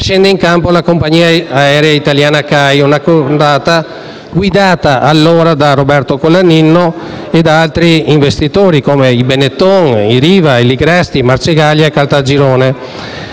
scende in campo la Compagnia aerea italiana (CAI), una cordata guidata allora da Roberto Colaninno e da altri investitori come Benetton, Riva, Ligresti, Marcegaglia e Caltagirone.